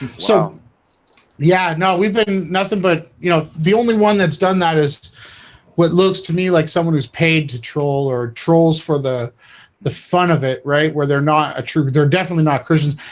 so ya yeah know we've been nothing but you know the only one that's done that is what looks to me like someone who's paid to troll or trolls for the the fun of it right where they're not a true. they're definitely not christians.